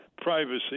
privacy